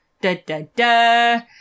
Da-da-da